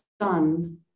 sun